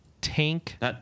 Tank